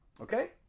Okay